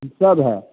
ई सब हए